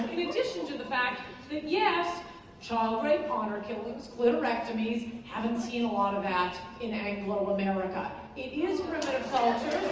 in addition to the fact that yes child rape honor killings cliterectomies haven't seen a lot of act in anglo and america it is primitive cultures